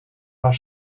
waar